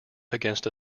against